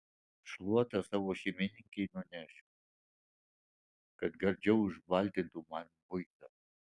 šluotą savo šeimininkei nunešiu kad gardžiau užbaltintų man buizą